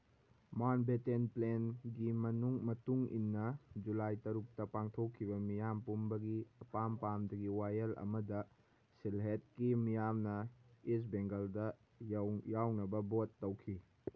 Mountbatten ꯄ꯭ꯂꯦꯟꯒꯤ ꯃꯇꯨꯡꯏꯟꯅ ꯖꯨꯂꯥꯏ ꯇꯔꯨꯛꯇ ꯄꯥꯡꯊꯣꯛꯈꯤꯕ ꯃꯤꯌꯥꯝ ꯄꯨꯝꯕꯒꯤ ꯑꯄꯥꯝ ꯄꯥꯝꯗꯒꯤ ꯋꯥꯌꯦꯜ ꯑꯃꯗ ꯁꯤꯜꯍꯦꯠꯀꯤ ꯃꯤꯌꯥꯝꯅ ꯏꯁ ꯕꯦꯡꯒꯜꯗ ꯌꯥꯎꯅꯕ ꯚꯣꯠ ꯇꯧꯈꯤ